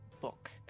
book